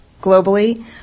globally